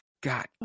god